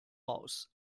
raus